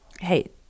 hey